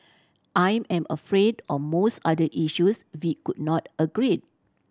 I am afraid on most other issues we could not agree